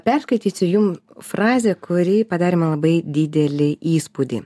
perskaitysiu jum frazę kurį padarė man labai didelį įspūdį